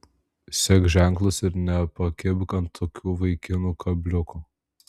sek ženklus ir nepakibk ant tokių vaikinų kabliuko